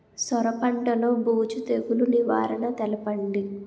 సొర పంటలో బూజు తెగులు నివారణ తెలపండి?